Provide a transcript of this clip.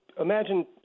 imagine